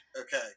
okay